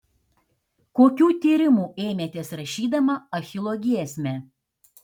kokių tyrimų ėmėtės rašydama achilo giesmę